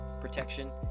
protection